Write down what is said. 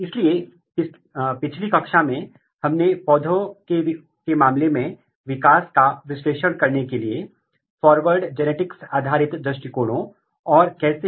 इसलिए यदि मैं पिछली कक्षा को याद करता हूं तो हम पौधे में एक विशेष विकास प्रक्रियाओं का अध्ययन करने के लिए रिवर्स जेनेटिक्स आधारित दृष्टिकोणों के बारे में चर्चा कर रहे थे